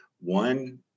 one